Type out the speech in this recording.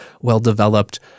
well-developed